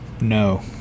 no